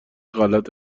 غلط